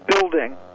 building